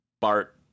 Bart